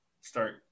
start